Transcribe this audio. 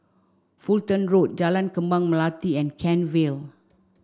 Fulton Road Jalan Kembang Melati and Kent Vale